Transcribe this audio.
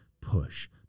push